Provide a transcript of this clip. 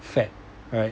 fat right